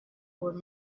would